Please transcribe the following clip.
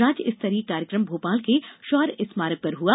राज्य स्तरीय कार्यक्रम भोपाल के शौर्य स्मारक पर हुआ